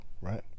right